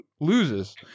loses